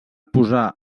posar